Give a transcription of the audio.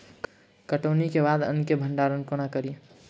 कटौनीक बाद अन्न केँ भंडारण कोना करी?